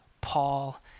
Paul